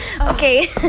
Okay